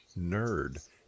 nerd